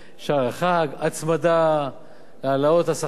הצמדה להעלאות השכר במגזר הציבורי,